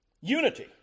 unity